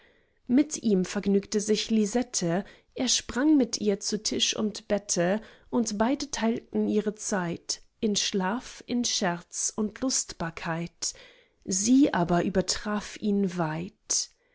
mit ihm vergnügte sich lisette er sprang mit ihr zu tisch und bette und beide teilten ihre zeit in schlaf in scherz und lustbarkeit sie aber übertraf ihn weit